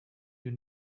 you